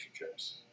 relationships